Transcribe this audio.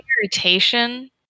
irritation